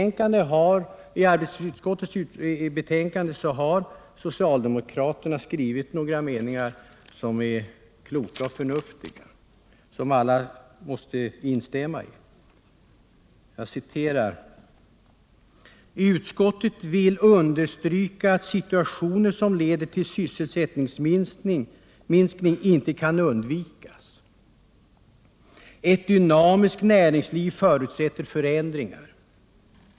I arbetsmarknadsutskottets betänkande har socialdemokraterna skrivit några kloka och förnuftiga meningar som alla måste instämma i. Jag citerar: ”Utskottet vill ——— understryka att situationer som leder till sysselsättningsminskning inte kan undvikas. Ett dynamiskt näringsliv förutsätter förändringar.